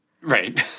Right